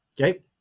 Okay